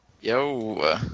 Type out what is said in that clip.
Yo